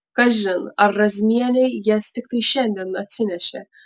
kažin ar razmienė jas tiktai šiandien atsinešė